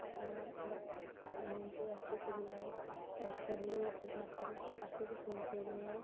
अपना मतलब उनको अच्छे से बुला लो तब तभी वह अपनी भाषा शब्द को अच्छे से सुनते भी हैं